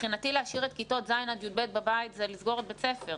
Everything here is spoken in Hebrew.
מבחינתי להשאיר את כיתות ז' עד י"ב בבית זה לסגור את בית ספר.